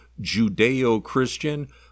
Judeo-Christian